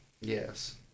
Yes